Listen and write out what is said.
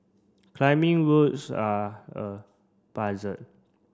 climbing routes are a puzzle